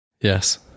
yes